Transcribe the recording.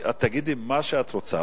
את תגידי מה שאת רוצה,